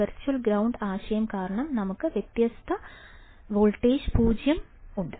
virtual ground ആശയം കാരണം നമുക്ക് വ്യത്യാസ വോൾട്ടേജ് പൂജ്യം ഉണ്ട്